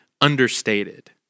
understated